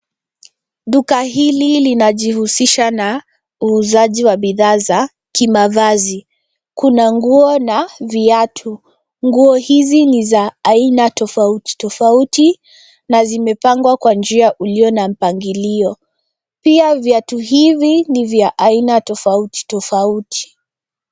Duka hili linajihusisha na bidhaa za kimavazi. Kuna nguo na viatu. Nguo hizi ni za aina tofauti tofauti na zimepangwa kwa njia ulio na mpangilio. Pia viatu hivi ni vya aina tofauti tofauti.